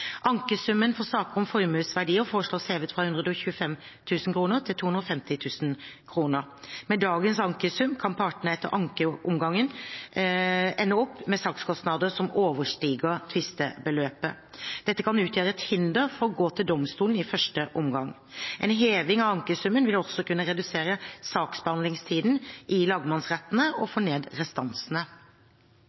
Ankesummen for saker om formuesverdier foreslås hevet fra 125 000 kr til 250 000 kr. Med dagens ankesum kan partene etter ankeomgangen ende opp med sakskostnader som overstiger tvistebeløpet. Dette kan utgjøre et hinder for å gå til domstolen i første omgang. En heving av ankesummen vil også kunne redusere saksbehandlingstiden i lagmannsrettene og få ned restansene.